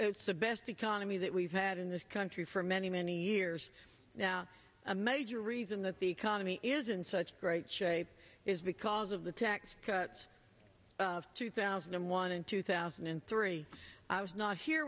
it's the best economy that we've had in this country for many many years now a major reason that the economy is in such great shape is because of the tax cuts of two thousand and one in two thousand and three i was not here